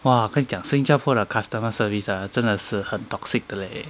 !wah! 我跟你讲新加坡的 customer service ah 真的是很 toxic 的 leh